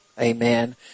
Amen